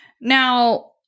Now